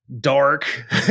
dark